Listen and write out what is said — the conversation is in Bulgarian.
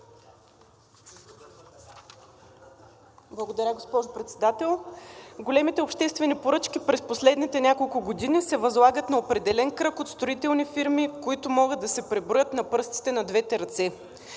Благодаря, госпожо Председател. Големите обществени поръчки през последните няколко години се възлагат на определен кръг от строителни фирми, които могат да се преброят на пръстите на двете ръце.